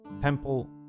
temple